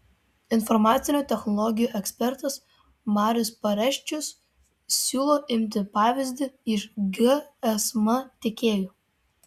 informacinių technologijų ekspertas marius pareščius siūlo imti pavyzdį iš gsm tiekėjų